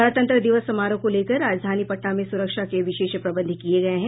गणतंत्र दिवस समारोह को लेकर राजधानी पटना में सुरक्षा के विशेष प्रबंध किये गये हैं